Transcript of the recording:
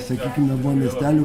sakykime buvo miestelių